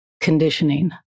conditioning